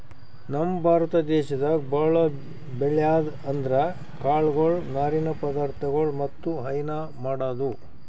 ನಮ್ ಭಾರತ ದೇಶದಾಗ್ ಭಾಳ್ ಬೆಳ್ಯಾದ್ ಅಂದ್ರ ಕಾಳ್ಗೊಳು ನಾರಿನ್ ಪದಾರ್ಥಗೊಳ್ ಮತ್ತ್ ಹೈನಾ ಮಾಡದು